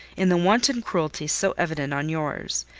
in the wanton cruelty so evident on yours.